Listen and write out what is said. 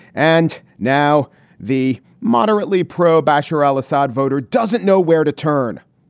and now the moderately pro bashar al-assad voter doesn't know where to turn.